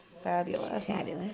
Fabulous